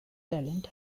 talent